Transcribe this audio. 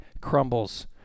crumbles